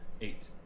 eight